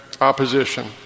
opposition